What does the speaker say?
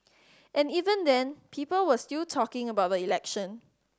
and even then people were still talking about the election